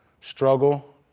struggle